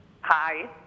Hi